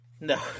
No